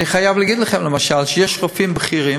אני חייב להגיד לכם, למשל, שיש רופאים בכירים